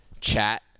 chat